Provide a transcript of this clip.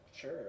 Sure